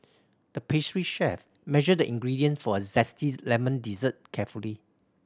the pastry chef measured the ingredients for a zesty lemon dessert carefully